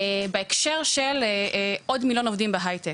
בהקשר של עוד מיליון עובדים בהיי-טק.